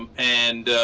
um and